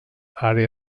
àrea